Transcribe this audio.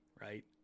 right